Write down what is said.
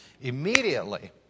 immediately